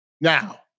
Now